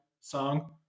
song